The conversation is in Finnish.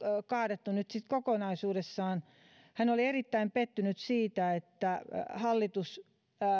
kaadettu se nyt sitten kokonaisuudessaan hän oli erittäin pettynyt siihen että hallitus